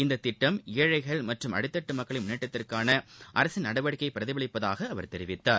இந்த திட்டம் ஏழைகள் மற்றும் அடித்தட்டு மக்களின் முன்னேற்றத்திற்கான அரசின் நடவடிக்கையை பிரதிபலிப்பதாக அவர் தெரிவித்தார்